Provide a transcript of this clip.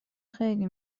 خیلی